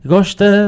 Gosta